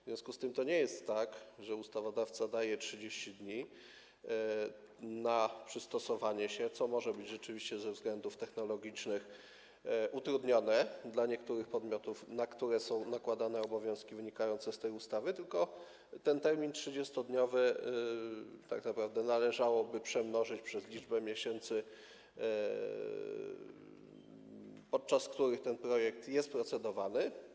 W związku z tym to nie jest tak, że ustawodawca daje 30 dni na przystosowanie się, co może być rzeczywiście ze względów technologicznych utrudnieniem dla niektórych podmiotów, na które są nakładane obowiązki wynikające z tej ustawy, tylko tych 30 dni tak naprawdę należałoby przemnożyć przez liczbę miesięcy, przez które ten projekt jest procedowany.